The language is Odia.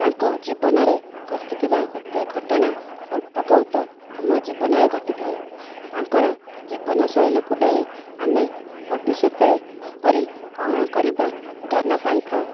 ତାଙ୍କ ଜୀବନରେ ଘଟିଥିବା ପ୍ରତ୍ୟେକ ଘଟଣା ଅଳ୍ପ ବହୁତ ଆମ ଜୀବନରେ ଘଟିଥାଏ ତାଙ୍କର ଜୀବନଶୈଳୀକୁ ନେଇ ଆମେ ଭବିଷ୍ୟତରେ କିପରି କ'ଣ କରିବା ଜ୍ଞାନ ପାଇଥାଉ